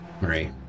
Marie